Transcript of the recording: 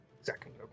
second